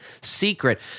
secret